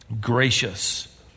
gracious